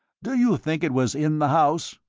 did you think it was in the house?